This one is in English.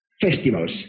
festivals